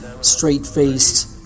straight-faced